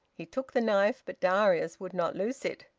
he took the knife, but darius would not loose it.